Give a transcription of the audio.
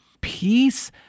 peace